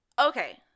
Okay